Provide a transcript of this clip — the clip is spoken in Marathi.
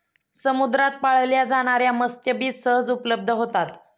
समुद्रात पाळल्या जाणार्या मत्स्यबीज सहज उपलब्ध होतात